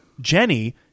Jenny